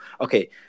okay